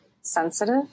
sensitive